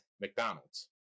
McDonald's